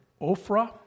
Ophrah